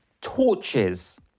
torches